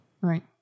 Right